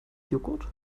joghurt